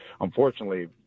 unfortunately